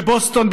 בבוסטון,